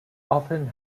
often